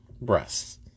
breasts